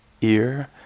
ear